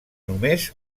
només